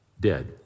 dead